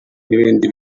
n’ibindi